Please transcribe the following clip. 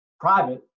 private